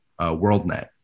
WorldNet